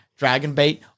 Dragonbait